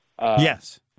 Yes